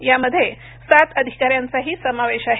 यामध्ये सात अधिकाऱ्यांचाही समावेश आहे